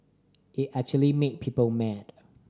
it actually made people mad